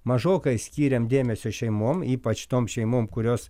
mažokai skyrėm dėmesio šeimom ypač tom šeimom kurios